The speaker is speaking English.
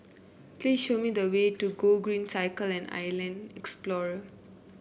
please show me the way to Gogreen Cycle and Island Explorer